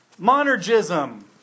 Monergism